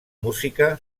música